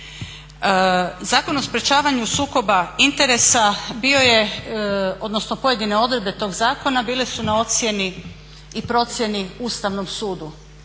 Zakon o sprječavanju sukoba interesa bio je, odnosno pojedine odredbe tog zakona bile su na ocjeni i procjeni Ustavnom sudu.